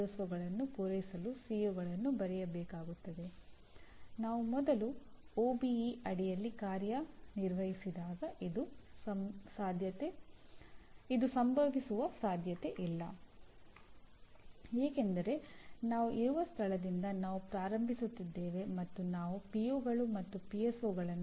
E ಮುಂತಾದ ಪರೀಕ್ಷೆಗಳನ್ನು ಬರೆಯುವ ಮೂಲಕ ಉನ್ನತ ಶಿಕ್ಷಣಕ್ಕೆ ಹೋಗುತ್ತಾರೆ ಬಹಳ ಕಡಿಮೆ ಶೇಕಡಾವಾರು ಉದ್ಯಮಿಗಳು ಆಗುತ್ತಾರೆ